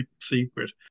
secret